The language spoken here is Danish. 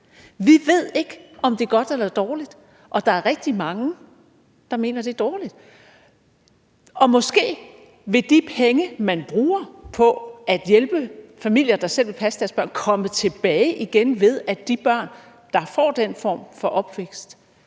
Vi ved ikke, om det er godt eller dårligt, og der er rigtig mange, der mener, det er dårligt. Måske vil de penge, man bruger på at hjælpe familier, der selv vil passe deres børn, komme tilbage, ved at de børn, der får den form for opvækst,